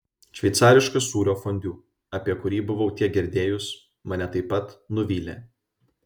šveicariškas sūrio fondiu apie kurį buvau tiek girdėjus mane taip pat nuvylė